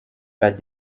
pas